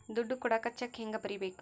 ದುಡ್ಡು ಕೊಡಾಕ ಚೆಕ್ ಹೆಂಗ ಬರೇಬೇಕು?